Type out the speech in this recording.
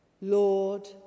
Lord